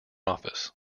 office